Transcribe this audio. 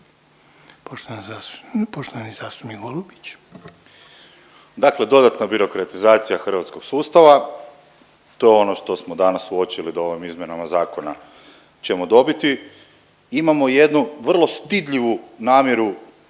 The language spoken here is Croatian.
Tomislav (SDP)** Dakle dodatna birokratizacija hrvatskog sustava, to je ono što smo danas uočili da ovim izmjenama zakona ćemo dobiti, imamo jednu vrlo stidljivu namjeru